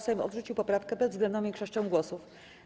Sejm odrzucił poprawkę bezwzględną większością głosów.